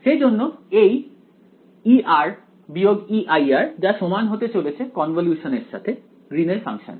সেই জন্য এই E Ei যা সমান হতে চলেছে কনভলিউশন এর সাথে গ্রীন এর ফাংশনের